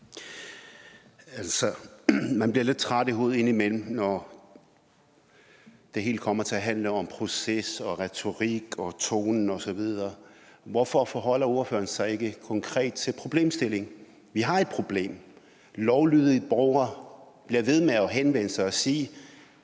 man bliver lidt træt i hovedet indimellem, når det hele kommer til at handle om proces og retorik og tonen osv. Hvorfor forholder ordføreren sig ikke konkret til problemstillingen? Vi har et problem. Lovlydige borgere bliver ved med at henvende sig og sige: